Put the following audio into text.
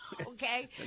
Okay